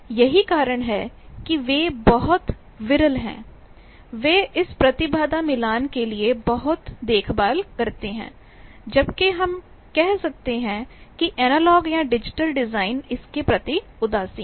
यही कारण है कि वे बहुत विरल हैं वे इस प्रतिबाधा मिलान के लिए बहुत देखभाल करते हैं जबकि हम कह सकते हैं कि एनालॉग या डिजिटल डिजाइन इसके प्रति उदासीन हैं